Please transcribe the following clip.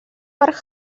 per